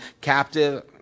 captive